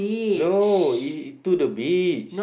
no he to the beach